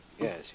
Yes